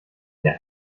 der